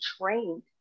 trained